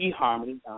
eHarmony